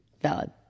Valid